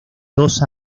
dos